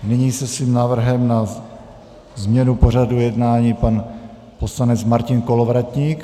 Nyní se svým návrhem na změnu pořadu jednání pan poslanec Martin Kolovratník.